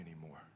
anymore